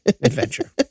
adventure